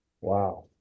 Wow